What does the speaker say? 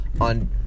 on